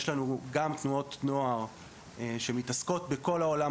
יש לנו גם תנועות נוער שמתעסקות בכל העולם